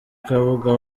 kabuga